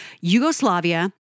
Yugoslavia